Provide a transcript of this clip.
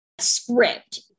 script